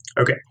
Okay